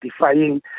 defying